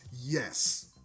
yes